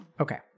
Okay